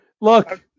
Look